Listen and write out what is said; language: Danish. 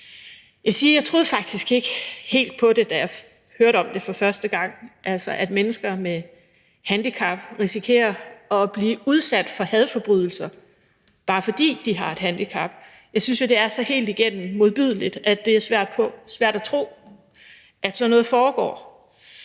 jeg faktisk ikke helt troede på det, da jeg hørte om det for første gang, altså at mennesker med handicap risikerer at blive udsat for hadforbrydelser, bare fordi de har et handicap. Jeg synes jo, det er så helt igennem modbydeligt, at det er svært at tro på, at sådan noget foregår.